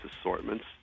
assortments